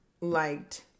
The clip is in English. liked